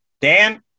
Dan